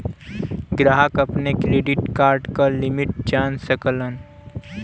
ग्राहक अपने credit card क लिमिट जान सकलन